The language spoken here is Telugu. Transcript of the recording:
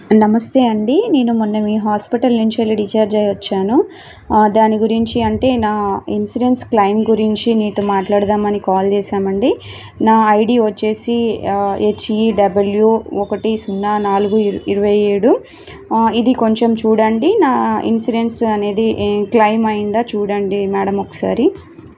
నమస్తే అండీ నేను మొన్న మీ హాస్పిటల్ నుంచి డిశ్చార్జ్ అయ్యి వచ్చాను దాని గురించి అంటే నా ఇన్సూరెన్స్ క్లయిమ్ గురించి నీతో మాట్లాడదామని కాల్ చేసామండి నా ఐడీ వచ్చేసి హెచ్ఈడబ్ల్యు ఒకటి సున్నా నాలుగు ఇరవై ఏడు ఇది కొంచెం చూడండి నా ఇన్సూరెన్స్ అనేది క్లెయిమ్ అయ్యిందా చూడండి మేడం ఒకసారి